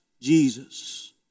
Jesus